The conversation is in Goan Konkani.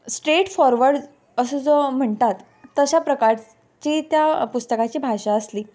स्टेट फॉर्वड असो जो म्हणटात तशा प्रकारची त्या पुस्तकाची भाशा आसली